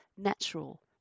natural